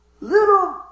little